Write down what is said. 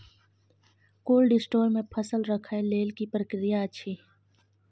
Cold store मे फसल रखय लेल की प्रक्रिया अछि?